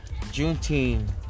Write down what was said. Juneteenth